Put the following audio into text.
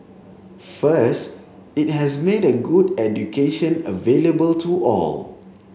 first it has made a good education available to all